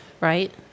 right